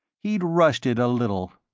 he'd rushed it a little.